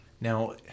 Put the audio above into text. Now